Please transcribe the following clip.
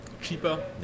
cheaper